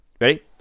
Ready